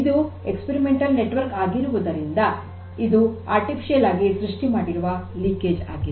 ಇದು ಪ್ರಾಯೋಗಿಕ ನೆಟ್ವರ್ಕ್ ಆಗಿರುವುದರಿಂದ ಇದು ಕೃತಕವಾಗಿ ಸೃಷ್ಟಿ ಮಾಡಿರುವ ಸೋರಿಕೆ ಆಗಿದೆ